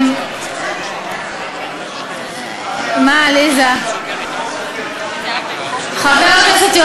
מה קרה, כל כך חשוב, את החוק הזה?